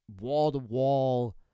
wall-to-wall